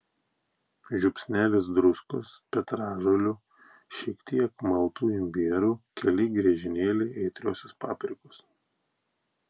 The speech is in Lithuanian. žiupsnelis druskos petražolių šiek tiek maltų imbierų keli griežinėliai aitriosios paprikos